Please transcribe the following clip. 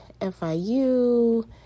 FIU